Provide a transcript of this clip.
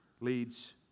leads